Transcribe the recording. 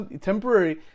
temporary